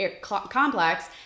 complex